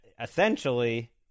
essentially